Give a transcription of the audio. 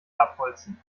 abholzen